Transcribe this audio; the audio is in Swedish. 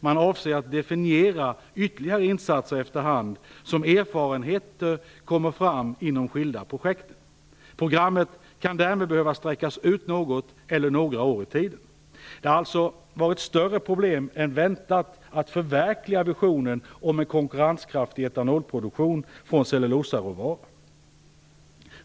Man avser att definiera ytterligare insatser efter hand som erfarenheter kommer fram inom de skilda projekten. Programmet kan därmed behöva sträckas ut något eller några år i tiden. Det har alltså varit större problem än väntat att förverkliga visionen om en konkurrenskraftig etanolproduktion från cellulosaråvara.